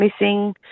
missing